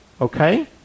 Okay